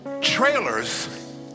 trailers